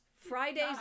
fridays